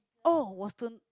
oh was tun~